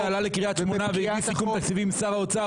עלה לקריית שמונה והביא סיכום תקציבי עם שר האוצר,